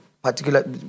particular